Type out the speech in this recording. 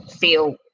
feel